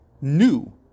new